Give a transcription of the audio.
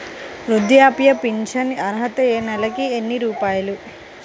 వృద్ధాప్య ఫింఛను అర్హత నెలకి ఎన్ని రూపాయలు?